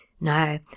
No